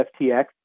FTX